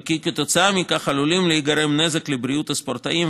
וכי כתוצאה מכך עלול להיגרם נזק לבריאות הספורטאים,